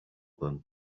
them